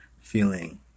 feeling